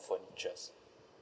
furnitures